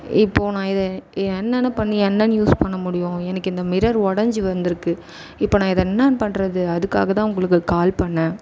இப்போது நான் இதை என்னெனனு பண்ணி என்னெனனு யூஸ் பண்ண முடியும் எனக்கு இந்த மிரர் உடஞ்சி வந்து இருக்குது இப்போது நான் இதை என்னெனனு பண்ணுறது அதுக்காக தான் உங்களுக்கு கால் பண்ணிணேன்